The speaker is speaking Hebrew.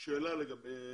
יש שאלה אליך.